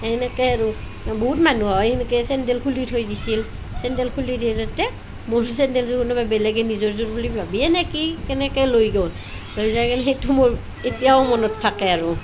সেনেকৈ আৰু বহুত মানুহ হয় সেনেকৈ চেণ্ডেল খুলি থৈ দিছিল চেণ্ডেল খুলি দিওঁতে মোৰ চেণ্ডেলযোৰ কোনোবাই বেলেগ নিজৰযোৰ বুলি ভাবিয়েই নে কি কেনেকৈ লৈ গ'ল লৈ যাই কিনে সেইটো মোৰ এতিয়াও মনত থাকে আৰু